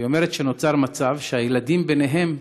היא אומרת שנוצר מצב שהילדים ביניהם,